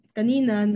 kanina